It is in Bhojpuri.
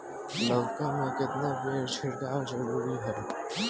लउका में केतना बेर छिड़काव जरूरी ह?